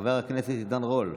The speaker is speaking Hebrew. חבר הכנסת עידן רול.